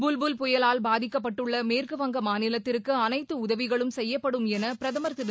புல் புல் புயலால் பாதிக்கபட்டுள்ள மேற்கு வங்க மாநிலத்திற்கு அனைத்து உதவிகளும் செய்யப்படும் என பிரதமர் திரு